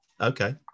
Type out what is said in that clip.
Okay